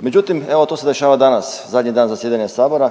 Međutim evo to se dešava danas, zadnji dan zasjedanja sabora,